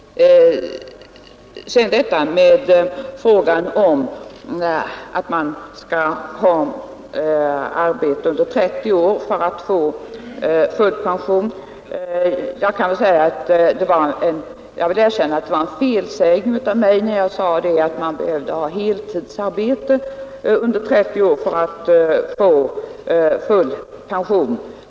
Jag erkänner att jag gjorde en felsägning när jag sade att man behöver ha heltidsarbete under 30 år för att få full pension.